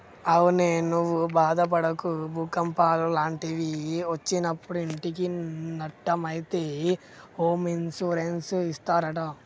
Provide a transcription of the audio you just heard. అవునే నువ్వు బాదపడకు భూకంపాలు లాంటివి ఒచ్చినప్పుడు ఇంటికి నట్టం అయితే హోమ్ ఇన్సూరెన్స్ ఇస్తారట